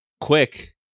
Quick